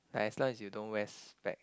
as long as you don't wear specs